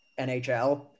NHL